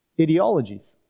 ideologies